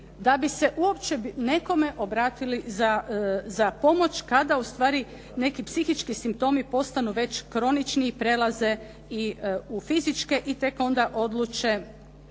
da bi se uopće nekome obratili za pomoć kada ustvari neki psihički simptomi postanu već kronični i prelaze i u fizičke i tek onda odluče